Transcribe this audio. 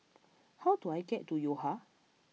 how do I get to Yo Ha